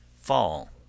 Fall